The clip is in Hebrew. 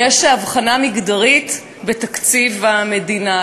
יש הבחנה מגדרית בתקציב המדינה.